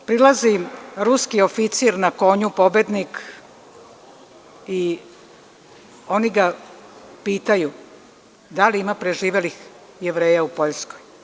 Prilazi im ruski oficir na konju, pobednik i oni ga pitaju – da li ima preživelih Jevreja u Poljskoj?